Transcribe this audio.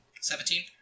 Seventeen